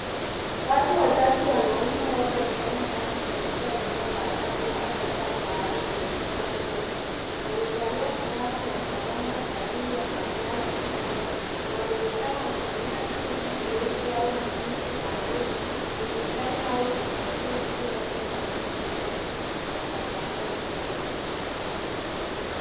Watu watatu wanaume wote wakifanya kazi katika eneo la dambo la taka au mahali penye uchafu mwingi, wamevalia fulana za usalama za rangi ya manjano na kijani na wanaonekana wakitumia vijiti virefu au mikuki maalum kukusanya au kutafuta vitu ndani ya maji machafu na takataka.